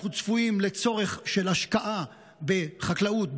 אנחנו צפויים לצורך של השקעה בחקלאות,